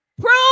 Prove